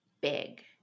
big